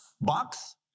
Box